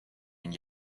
and